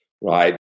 Right